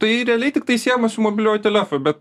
tai realiai tiktai siejama su mobiliuoju telefu bet